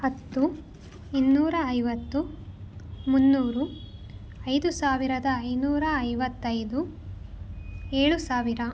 ಹತ್ತು ಇನ್ನೂರ ಐವತ್ತು ಮುನ್ನೂರು ಐದು ಸಾವಿರದ ಐನೂರ ಐವತ್ತೈದು ಏಳು ಸಾವಿರ